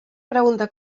pregunta